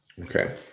Okay